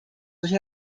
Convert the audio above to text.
durch